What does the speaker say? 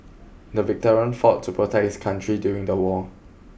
the veteran fought to protect his country during the war